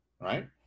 right